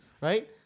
right